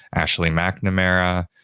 ashley mcnamara,